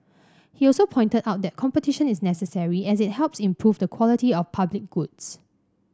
he also pointed out that competition is necessary as it helps improve the quality of public goods